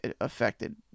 affected